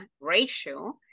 ratio